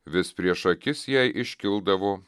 vis prieš akis jai iškildavo